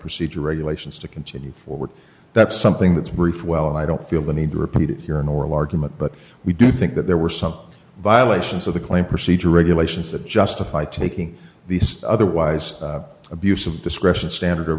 procedure regulations to continue forward that's something that's brief why i don't feel the need to repeat it here in oral argument but we do think that there were some violations of the claim procedure regulations that justify taking the otherwise abuse of discretion standard of